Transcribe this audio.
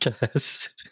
guess